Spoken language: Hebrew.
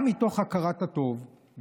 גם מתוך הכרת הטוב,